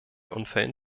unfällen